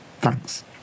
Thanks